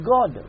God